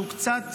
שהוא קצת